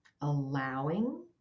allowing